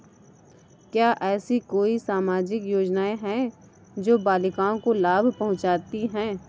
क्या ऐसी कोई सामाजिक योजनाएँ हैं जो बालिकाओं को लाभ पहुँचाती हैं?